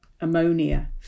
ammonia